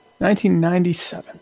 1997